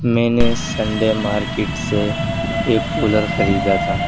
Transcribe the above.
میں نے Sunday market سے ایک کولر خریدا تھا